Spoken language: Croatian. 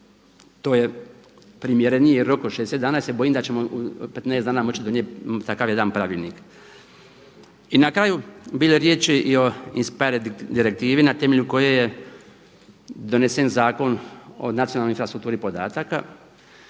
to je primjereniji rok od 60 dana jer se bojim da ćemo u 15 dana moći donijeti takav jedan pravilnik. I na kraju, bilo je riječi i o INSPIRE direktivi na temelju koje je donesen Zakon o nacionalnoj infrastrukturi podataka.